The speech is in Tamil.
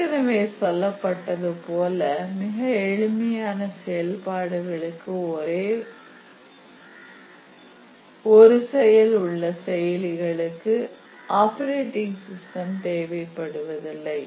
ஏற்கனவே சொல்லப்பட்டது போல மிக எளிமையான செயல்பாடுகளுக்கு ஒரே ஒரு செயல் உள்ள செயலிகளுக்கு ஆப்பரேட்டிங் சிஸ்டம் தேவைப்படுவதில்லை